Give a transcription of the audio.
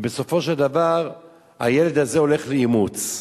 ובסופו של דבר הילד הזה הולך לאימוץ,